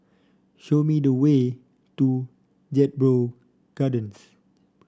show me the way to Jedburgh Gardens